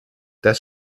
das